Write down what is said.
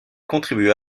contribue